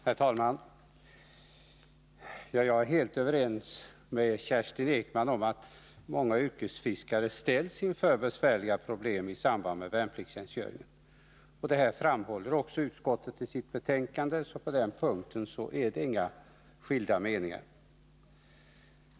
Herr talman! Jag är helt överens med Kerstin Ekman om att många yrkesfiskare ställs inför svåra problem i samband med värnpliktstjänstgöring. Det här framhåller också utskottet i sitt betänkande. På den punkten är det alltså inga skilda meningar.